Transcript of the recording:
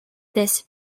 this